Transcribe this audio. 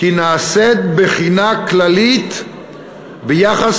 כי נעשית בחינה כללית ביחס